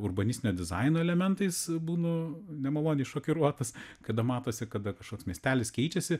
urbanistinio dizaino elementais būnu nemaloniai šokiruotas kada matosi kada kažkoks miestelis keičiasi